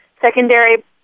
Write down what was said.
secondary